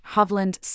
Hovland